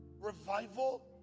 Revival